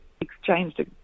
exchanged